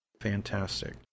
Fantastic